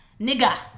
Nigga